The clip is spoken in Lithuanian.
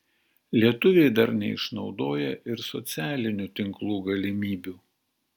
lietuviai dar neišnaudoja ir socialinių tinklų galimybių